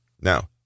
Now